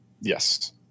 Yes